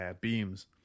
beams